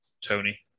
Tony